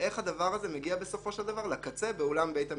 איך הדבר הזה מגיע בסופו של דבר לקצה באולם בית המשפט.